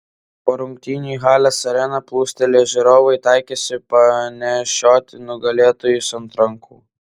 po rungtynių į halės areną plūstelėję žiūrovai taikėsi panešioti nugalėtojus ant rankų